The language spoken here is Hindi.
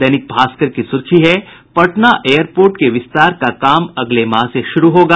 दैनिक भास्कर की सुर्खी है पटना एयरपोर्ट के विस्तार का काम अगले माह से शुरू होगा